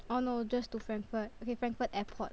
oh no just to Frankfurt okay Frankfurt airport